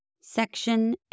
Section